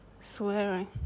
swearing